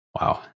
Wow